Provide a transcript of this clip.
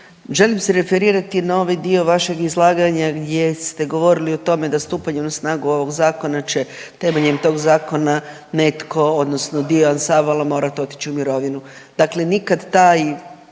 želim se referirati na ovaj dio vašeg izlaganja gdje ste govorili o tome da stupanjem na snagu ovoga zakona će temeljem tog zakona netko odnosno dio ansambala morati otići u mirovinu. Dakle, nikada taj